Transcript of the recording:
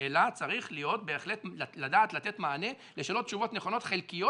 אלא צריך בהחלט לדעת לתת לשאלות תשובות נכונות חלקיות